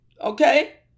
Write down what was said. okay